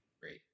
Great